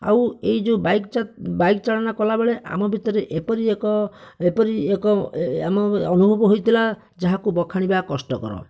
ଆଉ ଏହି ଯେଉଁ ବାଇକ ଚା ବାଇକ ଚାଳନା କଲାବେଳେ ଆମ ଭିତରେ ଏପରି ଏକ ଏପରି ଏକ ଅନୁଭବ ହୋଇଥିଲା ଯାହାକୁ ବଖାଣିବା କଷ୍ଟକର